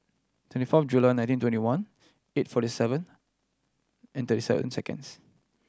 twenty fourth July nineteen twenty one eight forty seven and thirty seven seconds